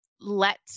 let